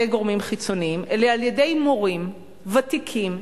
גורמים חיצוניים אלא על-ידי מורים ותיקים,